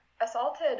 assaulted